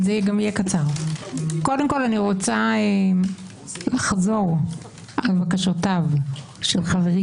אני רוצה קודם כל לחזור על בקשותיו של חברי